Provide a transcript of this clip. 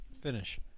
Finish